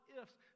ifs